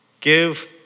give